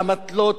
באמתלות